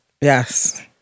Yes